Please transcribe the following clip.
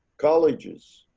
colleges,